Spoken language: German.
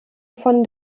von